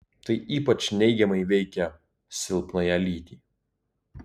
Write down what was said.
tai ypač neigiamai veikia silpnąją lytį